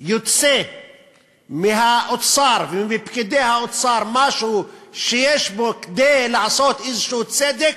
יוצא מהאוצר ומפקידי האוצר משהו שיש בו כדי לעשות איזשהו צדק,